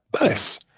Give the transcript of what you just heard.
Nice